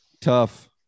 tough